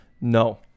No